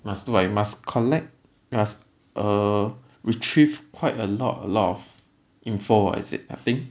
must do I must collect must uh retrieve quite a lot a lot of info ah is it I think